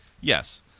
Yes